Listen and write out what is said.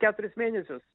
keturis mėnesius